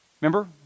Remember